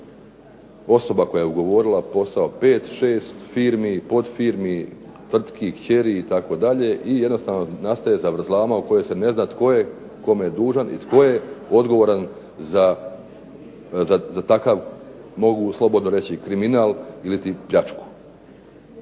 osoba koja je ugovorila posao 5, 6 firmi, podfirmi, tvrtki kćeri itd. i jednostavno nastaje zavrzlama u kojoj se ne zna tko je kome dužan i tko je odgovoran za takav mogu slobodno reći kriminal ili pljačku.